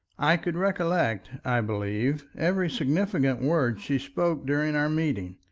i could recollect, i believe, every significant word she spoke during our meeting,